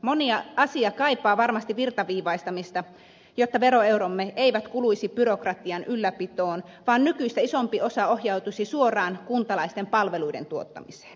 moni asia kaipaa varmasti virtaviivaistamista jotta veroeuromme eivät kuluisi byrokratian ylläpitoon vaan nykyistä isompi osa ohjautuisi suoraan kuntalaisten palveluiden tuottamiseen